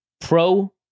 Pro